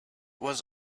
was